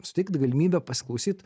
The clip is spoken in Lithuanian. suteikt galimybę pasiklausyt